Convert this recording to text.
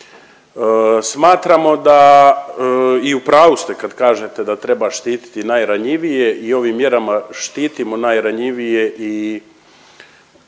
Smatramo da i u pravu ste kad kažete da treba štititi najranjivije i ovim mjerama štitimo najranjivije i